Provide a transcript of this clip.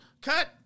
Cut